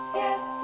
yes